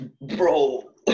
Bro